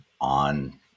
on